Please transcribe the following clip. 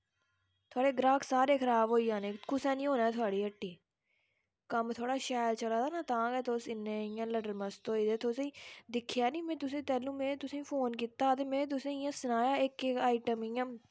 थोआढ़े ग्राह्क सारे खराब होई जाने कुसै निं औना ऐ थोआढ़ी हट्टी कम्म थोआढ़ा शैल चला दा ना तां गै तुस इन्ने इ'यां लटरमस्त होई गेदे तुसें दिक्खेआ निं में तुसें तैह्ल्लूं में तुसेंगी फोन कीता ते में तुसेंगी इ'यां सनाया इक इक आइटम इ'यां